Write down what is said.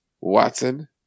Watson